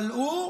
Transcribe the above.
אבל הוא,